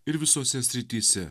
ir visose srityse